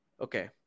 Okay